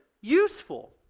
useful